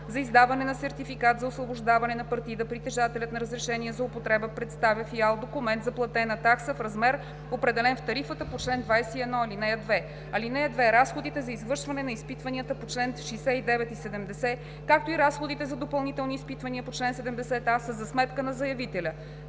За издаване на сертификат за освобождаване на партида притежателят на разрешение за употреба представя в ИАЛ документ за платена такса в размер, определен в тарифата по чл. 21, ал. 2. (2) Разходите за извършване на изпитванията по чл. 69 и 70, както и разходите за допълнителни изпитвания по чл. 70а са за сметка на заявителя.